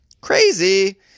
crazy